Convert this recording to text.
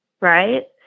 right